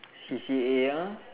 C_C_A ah